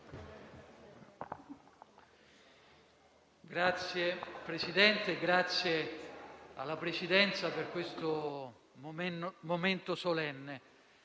Signor Presidente, ringrazio la Presidenza per questo momento solenne.